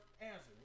answer